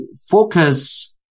focus